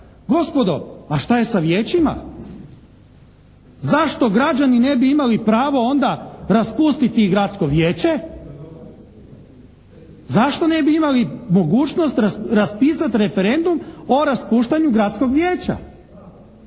Gospodo, a šta je sa vijećima? Zašto građani ne bi imali pravo onda raspustiti i gradsko vijeće, zašto ne bi imali mogućnost raspisat referendum o raspuštanju gradskog vijeća?